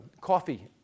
coffee